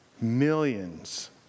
Millions